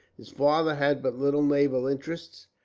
his father had but little naval interest,